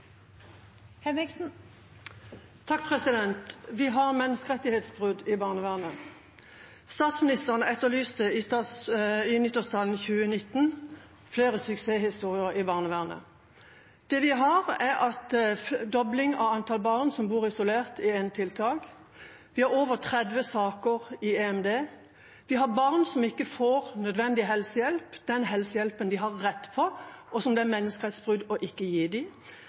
Vi har menneskerettighetsbrudd i barnevernet. Statsministeren etterlyste i nyttårstalen 2019 flere suksesshistorier i barnevernet. Det vi har, er en dobling av antall barn som bor isolert i enetiltak. Vi har over 30 saker i EMD. Vi har barn som ikke får nødvendig helsehjelp – den helsehjelpen de har rett på, og som det er menneskerettighetsbrudd ikke å gi